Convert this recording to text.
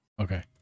Okay